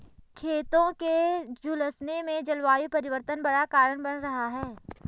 खेतों के झुलसने में जलवायु परिवर्तन बड़ा कारण बन रहा है